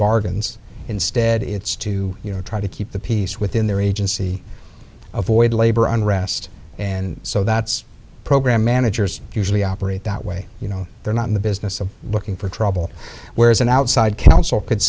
bargains instead it's to you know try to keep the peace within their agency avoid labor unrest and so that's a program managers usually operate that way you know they're not in the business of looking for trouble whereas an outside counsel could